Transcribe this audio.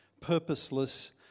purposeless